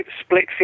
split